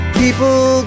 people